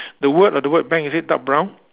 the word of the word bank is it dark brown